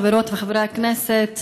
חברות וחברי הכנסת,